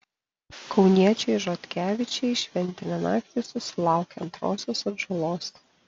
kauniečiai žotkevičiai šventinę naktį susilaukė antrosios atžalos